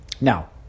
Now